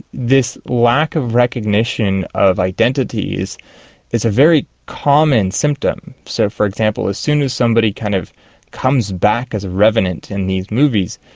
this lack of recognition of identity is a very common symptom. so for example as soon as somebody kind of comes back as a revenant in these movies,